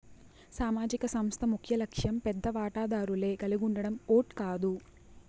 సామాజిక సంస్థ ముఖ్యలక్ష్యం పెద్ద వాటాదారులే కలిగుండడం ఓట్ కాదు